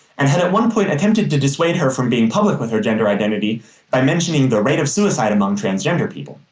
and had at one point attempted to dissuade her from being public with her gender identity by mentioning the rate of suicide among transgender people.